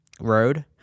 road